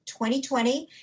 2020